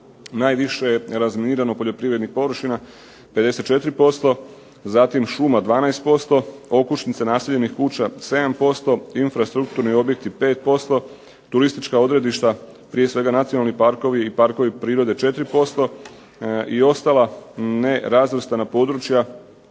Najviše je razminirano poljoprivrednih površina 54%, zatim šuma 12%, okućnice naseljenih kuća 7%, infrastrukturni objekti 5%, turistička odredišta, prije svega nacionalni parkovi i parkovi prirode 4% i ostala nerazvrstana područja,